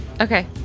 Okay